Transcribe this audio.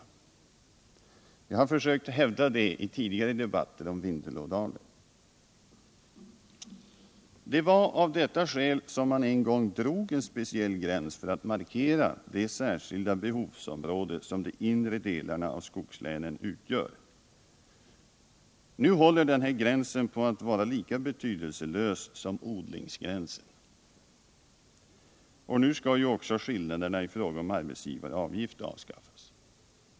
Jag har försökt hävda detta i tidigare debatter om Vindelådalen. Det var av detta skäl som man en gång drog en speciell gräns för att markera det särskilda behovsområde som de inre delarna av skogslänen utgör. Nu håller denna gräns på att bli lika betydelselös som odlingsgränsen, och nu skall också skillnaderna i fråga om arbetsgivaravgift avskaffas.